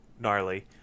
gnarly